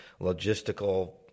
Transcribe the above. logistical